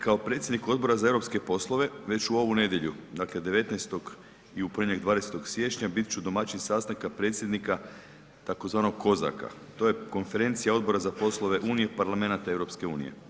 Kao predsjednik Odbora za europske poslove već u ovu nedjelju, dakle 19. i u ponedjeljak 20. siječnja bit ću domaćin sastanka predsjednika tzv. Kozaka, to je konferencija Odbora za poslove Unije parlamenata EU.